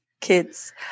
kids